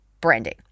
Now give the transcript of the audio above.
branding